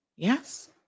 Yes